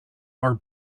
are